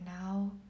now